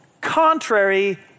contrary